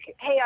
hey